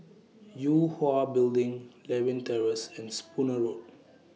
Yue Hwa Building Lewin Terrace and Spooner Road